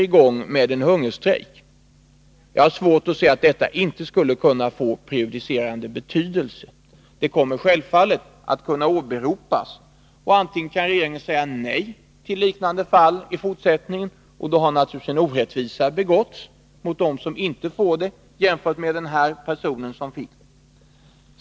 Jag har svårt att förstå något annat. Det kommer självfallet att kunna åberopas. Om regeringen i fortsättningen säger nej till nådeansökningar i liknande fall, begås naturligtvis — jämfört med den person som fick nåd — en orättvisa mot dem som inte får nåd.